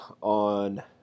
on